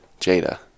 Jada